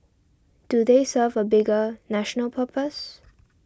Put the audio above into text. do they serve a bigger national purpose